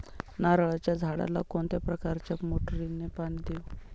नारळाच्या झाडाला कोणत्या प्रकारच्या मोटारीने पाणी देऊ?